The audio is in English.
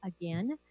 again